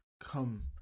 come